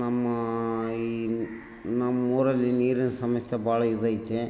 ನಮ್ಮ ಈ ನಮ್ಮೂರಲ್ಲಿ ನೀರಿನ ಸಮಸ್ಯೆ ಭಾಳ ಇದೈತೆ